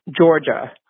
Georgia